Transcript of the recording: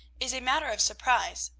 is a matter of surprise,